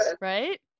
Right